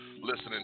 listening